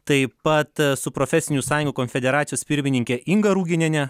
taip pat su profesinių sąjungų konfederacijos pirmininke inga rugieniene